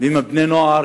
בני הנוער,